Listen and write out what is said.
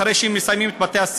אחרי שהם מסיימים את בתי-הספר,